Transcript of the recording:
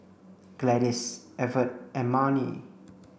Gladys Evert and Marni